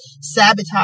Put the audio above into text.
sabotage